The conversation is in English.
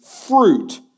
fruit